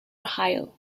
ohio